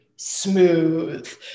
smooth